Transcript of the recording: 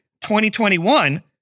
2021